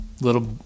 little